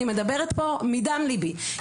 אני מדברת פה מדם ליבי.